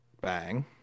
Bang